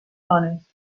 dones